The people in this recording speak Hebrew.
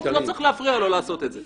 לא צריך להפריע לו לעשות את זה.